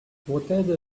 whatever